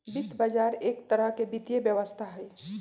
वित्त बजार एक तरह से वित्तीय व्यवस्था हई